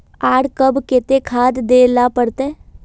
आर कब केते खाद दे ला पड़तऐ?